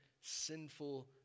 sinful